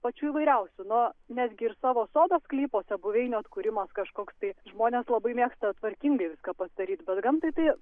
pačių įvairiausių nu netgi ir savo sodo sklypuose buveinių atkūrimas kažkoks tai žmonės labai mėgsta tvarkingai viską pasidaryt bet gamtai tai